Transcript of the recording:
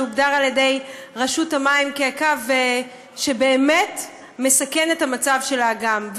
שהוגדר על ידי רשות המים כקו שבאמת מסכן את המצב של האגם.